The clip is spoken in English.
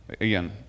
Again